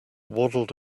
waddled